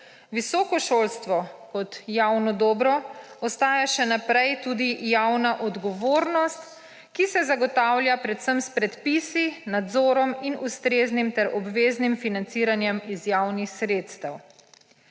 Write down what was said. Visoko šolstvo kot javno dobro ostaja še naprej tudi javna odgovornost, ki se zagotavlja predvsem s predpisi, nadzorom in ustreznim ter obveznim financiranjem iz javnih sredstev.